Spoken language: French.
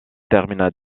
termina